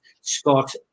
Scott